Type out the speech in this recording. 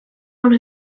one